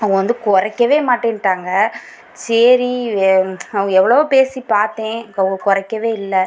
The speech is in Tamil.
அவங்க வந்து குறைக்கவே மாட்டேனுட்டாங்க சரி அவங்க எவ்வளவோ பேசிப்பார்த்தேன் கொ குறைக்கவேயில்ல